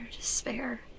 despair